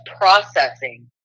processing